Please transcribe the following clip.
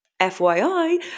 FYI